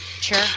Sure